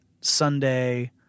Sunday